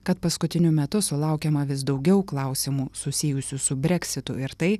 kad paskutiniu metu sulaukiama vis daugiau klausimų susijusių su breksitu ir tai